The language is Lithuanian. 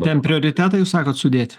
ten prioritetai jūs sakot sudėti